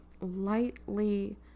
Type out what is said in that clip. lightly